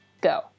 go